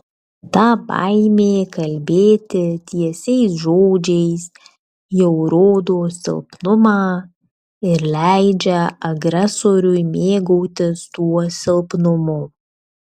ta baimė kalbėti tiesiais žodžiais jau rodo silpnumą ir leidžia agresoriui mėgautis tuo silpnumu